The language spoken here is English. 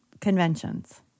conventions